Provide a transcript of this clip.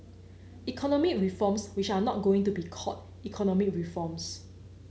economic reforms which are not going to be called economic reforms